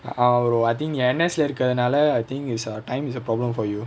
அவரு:avaru oh I think நீ:nee N_S lah இருகுறதுனால:irukurathunaala I think is a time is a problem for you